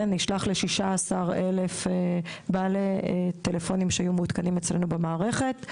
כן נשלח ל-16,000 בעלי טלפונים שיהיו מעודכנים אצלנו במערכת,